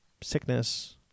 sickness